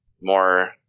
more